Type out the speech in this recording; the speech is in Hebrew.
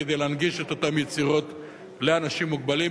כדי להנגיש את אותן יצירות לאנשים מוגבלים.